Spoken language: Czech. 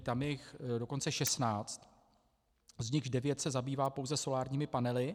Tam je jich dokonce šestnáct, z nichž devět se zabývá pouze solárními panely.